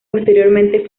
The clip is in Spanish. posteriormente